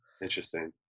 interesting